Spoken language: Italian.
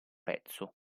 pezzo